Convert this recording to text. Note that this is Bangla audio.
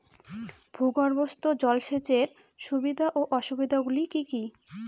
ভূগর্ভস্থ জল সেচের সুবিধা ও অসুবিধা গুলি কি কি?